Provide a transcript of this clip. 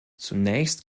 zunächst